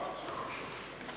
Hvala.